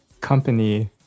Company